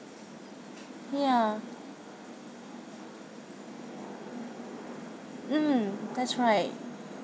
ya mm that's right